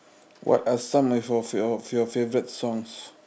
what are some of your of your favorite songs